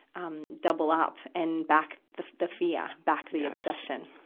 um, double-up and back, the, the fear back the obsession.